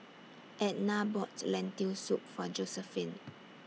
Ednah bought Lentil Soup For Josephine